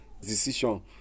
decision